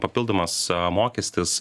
papildomas mokestis